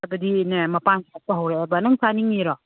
ꯍꯥꯏꯕꯗꯤꯅꯦ ꯃꯄꯥꯜ ꯁꯥꯠꯄ ꯍꯧꯔꯛꯑꯦꯕ ꯅꯪ ꯆꯥꯅꯤꯡꯏꯔꯣ